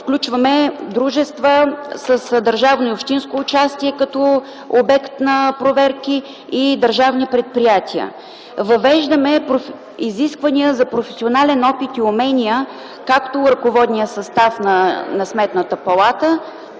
Включваме дружества с държавно и общинско участие като обект на проверки и държавни предприятия. Въвеждаме изисквания за професионален опит и умения както за ръководния състав на Сметната палата,